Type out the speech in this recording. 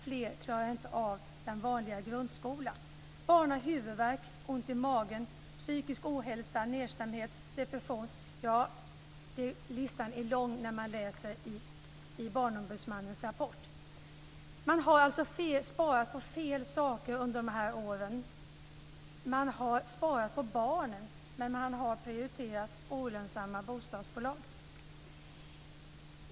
Fler klarar inte av den vanliga grundskolan. Barn har huvudvärk, ont i magen, psykisk ohälsa, nedstämdhet och depression. Listan är lång i Barnombudsmannens rapport. Man har alltså sparat på fel saker under dessa år. Man har sparat på barnen, men man har prioriterat olönsamma bostadsbolag.